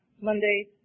Monday